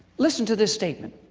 listen to this statement,